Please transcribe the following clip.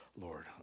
Lord